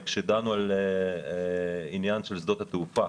כשדנו על עניין של שדות התעופה,